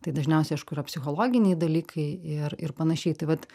tai dažniausiai aišku yra psichologiniai dalykai ir ir panašiai tai vat